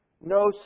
No